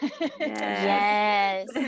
Yes